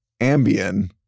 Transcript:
Ambien